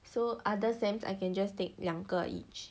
so other semester I can just take 两个 each